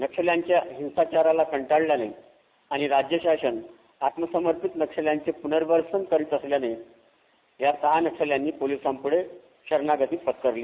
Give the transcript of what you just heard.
नक्षल्यांच्या हिंसाचाराला कंटळल्याने आणि राज्यशासन आत्मसमर्पित वक्षल्यांचे पुनर्वसन करत असल्याने या सहा वक्षल्यांनी पोलिसांपुढं शरणागती पत्करली